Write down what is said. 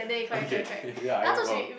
okay ya I remember